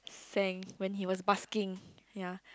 sang when he was basking ya